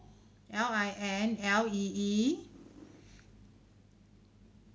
L I N L E E